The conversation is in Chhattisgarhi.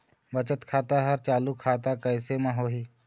बचत खाता हर चालू खाता कैसे म होही?